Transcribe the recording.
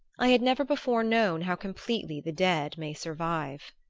i had never before known how completely the dead may survive.